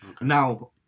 Now